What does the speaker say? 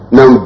Now